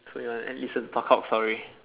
so you want to listen talk out sorry